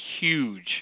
huge